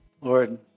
Lord